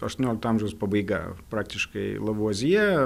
aštuoniolikto amžiaus pabaiga praktiškai lavuazjė